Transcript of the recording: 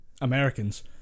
Americans